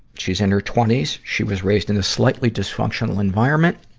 she's in her twenty s, she was raised in a slightly dysfunctional environment.